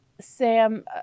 Sam